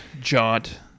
jaunt